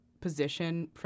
position